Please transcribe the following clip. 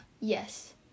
Yes